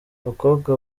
abakobwa